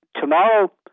tomorrow